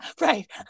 right